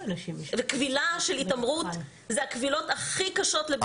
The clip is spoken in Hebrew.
קבילות של התעמרות אלה הקבילות הכי קשות לבירור.